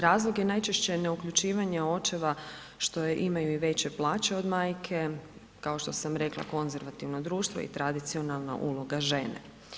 Razlog je najčešće neuključivanje očeva što imaju i veće plaće od majke, kao što sam rekla, konzervativno društvo i tradicionalna uloga žene.